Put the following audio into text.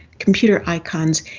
computer icons,